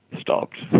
stopped